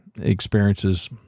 experiences